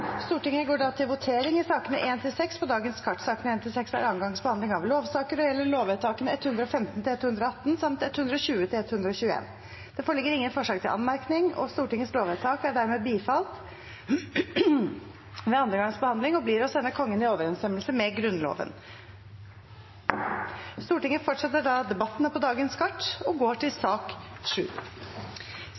Stortinget går da til votering over sakene nr. 1–6 på dagens kart. Sakene nr. 1–6 er andre gangs behandling av lovsaker og gjelder lovvedtakene 115–118 samt 120–121. Det foreligger ingen forslag til anmerkning. Stortingets lovvedtak er dermed bifalt ved andre gangs behandling og blir å sende Kongen i overensstemmelse med Grunnloven. Stortinget fortsetter da med debattene på dagens kart og går til sak